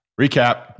Recap